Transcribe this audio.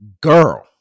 Girl